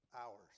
hours